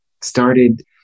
started